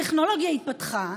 הטכנולוגיה התפתחה,